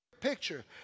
picture